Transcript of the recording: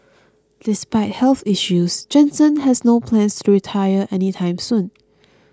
despite health issues Jansen has no plans to retire any time soon